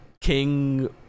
king